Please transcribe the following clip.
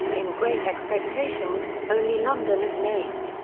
in great expectations, only london is named,